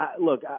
look